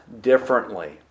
differently